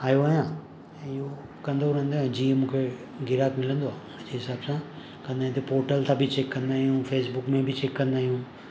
आयो आहियां ऐं इहो कंदो रहंदो जीअं मूंखे ग्राहक मिलंदो आहे हुनजे हिसाबु सां कंदा हिते पोर्टल तां बि चैक कंदा आहियूं फेसबुक में बि चैक कंदा आहियूं